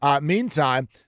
Meantime